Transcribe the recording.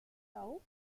felt